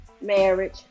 marriage